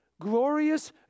glorious